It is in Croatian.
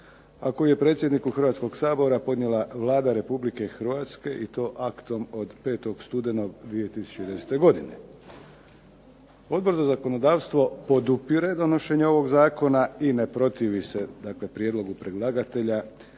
a koji je predsjedniku Hrvatskoga sabora podnijela Vlada Republike Hrvatske i to aktom od 5. studenog 2010. godine. Odbor za zakonodavstvo podupire donošenje ovog zakona i ne protivi se prijedlogu predlagatelja